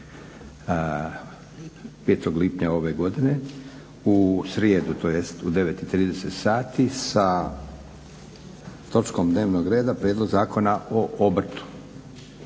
5. lipnja ove godine, u srijedu u 9,30 sati sa točkom dnevnog reda Prijedlog zakona o obrtu.